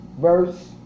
verse